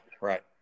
right